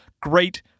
great